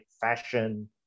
fashion